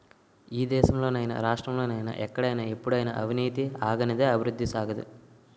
ఈ దేశంలో నైనా రాష్ట్రంలో నైనా ఎక్కడైనా ఎప్పుడైనా అవినీతి ఆగనిదే అభివృద్ధి సాగదు